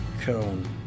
cone